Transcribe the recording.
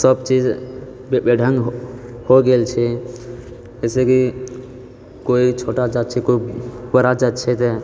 सभ चीज बे बेढ़ङ्ग हो हो गेल छै जाहिसँ कि कोइ छोटा जात छै कोइ बड़ा जात छै